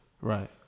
Right